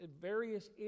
various